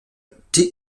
apprend